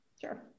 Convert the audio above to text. Sure